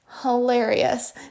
hilarious